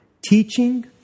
Teaching